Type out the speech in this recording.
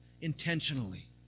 intentionally